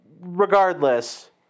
regardless